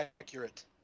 accurate